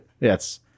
yes